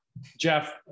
Jeff